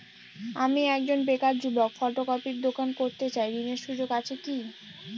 আমি একজন বেকার যুবক ফটোকপির দোকান করতে চাই ঋণের সুযোগ আছে কি?